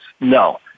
no